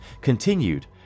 continued